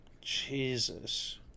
Jesus